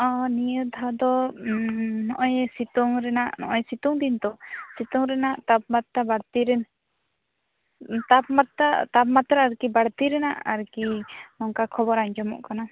ᱚ ᱱᱤᱭᱟᱹ ᱫᱷᱟᱣ ᱫᱚ ᱱᱚᱜᱼᱚᱭ ᱥᱤᱛᱩᱝ ᱨᱮᱱᱟᱜ ᱱᱚᱜᱼᱚᱭ ᱥᱤᱛᱩᱝ ᱫᱤᱱ ᱛᱚ ᱥᱤᱛᱩᱝ ᱨᱮᱱᱟᱜ ᱛᱟᱯᱢᱟᱛᱨᱟ ᱵᱟᱹᱲᱛᱤ ᱨᱮᱱ ᱛᱟᱯᱢᱟᱛᱨᱟ ᱛᱟᱯᱢᱟᱛᱨᱟ ᱟᱨᱠᱤ ᱵᱟᱹᱲᱛᱤ ᱨᱮᱱᱟᱜ ᱟᱨᱠᱤ ᱱᱚᱝᱠᱟ ᱠᱷᱚᱵᱚᱨ ᱟᱸᱡᱚᱢᱚᱜ ᱠᱟᱱᱟ